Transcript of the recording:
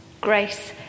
Grace